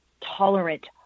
tolerant